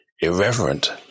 irreverent